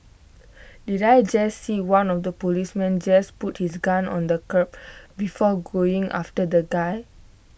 did I just see one of the policemen just put his gun on the curb before going after the guy